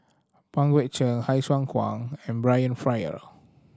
Pang Guek Cheng Sai Hua Kuan and Brian Farrell